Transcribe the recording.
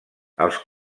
els